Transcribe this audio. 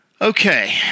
Okay